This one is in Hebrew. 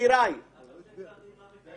זה גזר דין מוות.